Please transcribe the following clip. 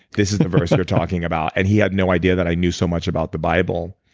this is the verse we're talking about. and he had no idea that i knew so much about the bible.